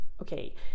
Okay